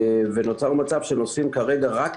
נוצר מצב שנוסעים כרגע רק